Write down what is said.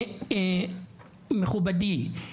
מכובדי,